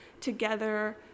together